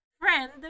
friend